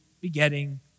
begetting